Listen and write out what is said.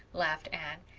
laughed anne.